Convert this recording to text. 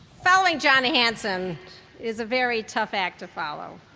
following jon hanson is a very tough act to follow,